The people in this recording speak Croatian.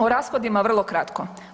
O rashodima vrlo kratko.